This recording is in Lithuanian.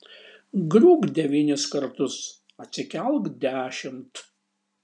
griūk devynis kartus atsikelk dešimt